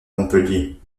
montpellier